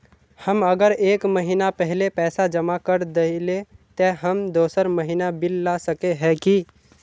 हम अगर एक महीना पहले पैसा जमा कर देलिये ते हम दोसर महीना बिल ला सके है की?